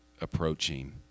approaching